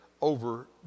over